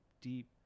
deep